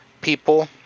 people